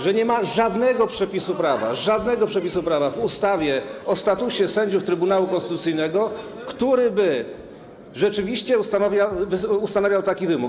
że nie ma żadnego przepisu prawa, żadnego przepisu prawa w ustawie o statusie sędziów Trybunału Konstytucyjnego, który by rzeczywiście ustanawiał taki wymóg.